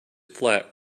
flat